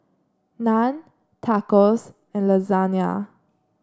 Naan Tacos and Lasagna